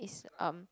is um